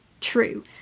true